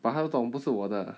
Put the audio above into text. but 他都懂不是我的